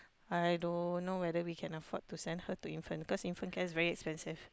I don't know whether we can afford to send her to infant cause infant care's very expensive